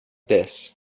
this